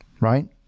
right